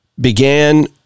began